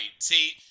See